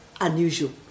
unusual